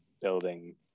building